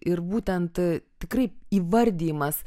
ir būtent tikrai įvardijimas